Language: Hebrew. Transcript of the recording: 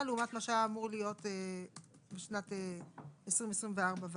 לעומת מה שהיה אמור להיות בשנת 2024 ואילך.